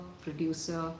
producer